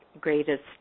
greatest